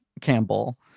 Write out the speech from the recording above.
Campbell